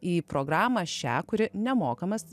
į programą šią kuri nemokamas